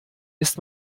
ist